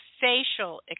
facial